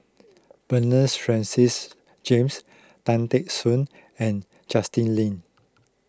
Bernards Francis James Tan Teck Soon and Justin Lean